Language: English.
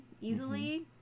easily